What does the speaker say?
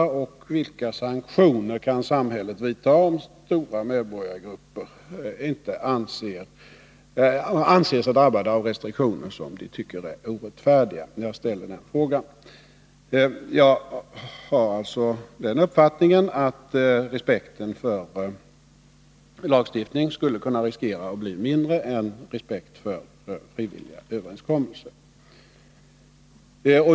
Och jag ställer frågan vilka sanktioner samhället kan vidta om stora medborgargrupper anser sig drabbade av restriktioner som de tycker är orättfärdiga. Jag har alltså den uppfattningen att respekten för lagstiftning skulle kunna riskera att bli mindre än respekten för frivilliga överenskommelser.